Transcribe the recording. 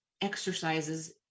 exercises